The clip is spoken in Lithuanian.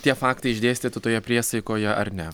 tie faktai išdėstyti toje priesaikoje ar ne